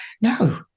No